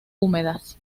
húmedas